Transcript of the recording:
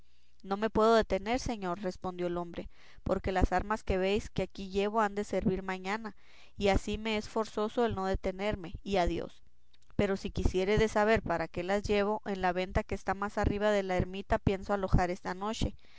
no me puedo detener señor respondió el hombre porque las armas que veis que aquí llevo han de servir mañana y así me es forzoso el no detenerme y a dios pero si quisiéredes saber para qué las llevo en la venta que está más arriba de la ermita pienso alojar esta noche